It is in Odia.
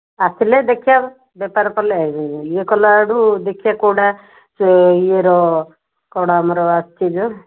ଆସିଲେ ଦେଖିିବା ବେପାର କଲେ ଇଏ କଲାଠୁ ଦେଖିବା କେଉଁଟା ସେ ଇଏର କ'ଣ ଆମର ଆସୁଛି ଯେଉଁ